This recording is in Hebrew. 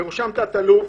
בראשם תת-אלוף.